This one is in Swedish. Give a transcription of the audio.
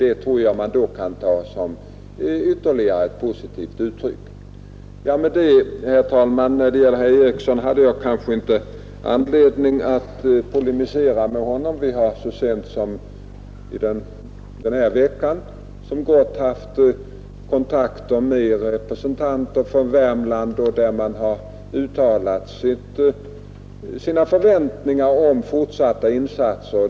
Det tror jag man kan ta som ett positivt tecken. Jag har kanske inte anledning att polemisera med herr Eriksson i Arvika. Vi har så sent som i denna vecka haft kontakter med representanter från Värmland, där man har uttalat sina förväntningar om fortsatta insatser.